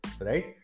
right